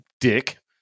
Dick